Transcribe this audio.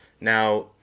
now